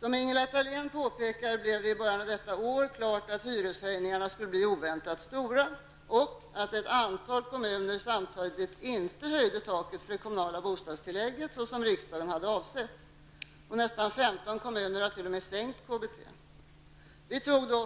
Som Ingela Thalén påpekar blev det i början av detta år klart att hyreshöjningarna skulle bli stora och att ett antal kommuner samtidigt inte höjde taket för det kommunala bostadstillägget, KBT, såsom riksdagen avsett. Nästan 15 kommuner har t.o.m. sänkt KBT.